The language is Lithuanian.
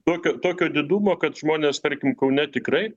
tokio tokio didumo kad žmonės tarkim kaune tikrai